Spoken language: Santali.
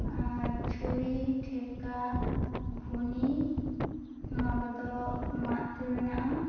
ᱟᱨ ᱪᱷᱩᱲᱤ ᱴᱷᱮᱠᱟ ᱜᱷᱩᱱᱤ ᱱᱚᱣᱟ ᱠᱚᱫᱚ ᱢᱟᱜ ᱛᱮ ᱵᱮᱱᱟᱜᱼᱟ